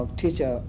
teacher